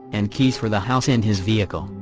and keys for the house and his vehicle,